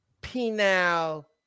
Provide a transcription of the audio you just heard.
penal